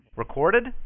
Recorded